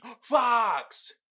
Fox